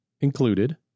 included